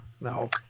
No